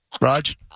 Raj